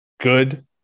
good